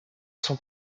sont